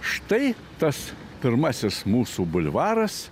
štai tas pirmasis mūsų bulvaras